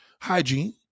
Hygiene